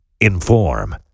inform